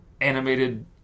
animated